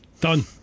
Done